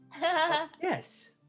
Yes